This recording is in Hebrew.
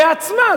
בעצמה,